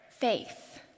faith